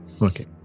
Okay